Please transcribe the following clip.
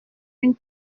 une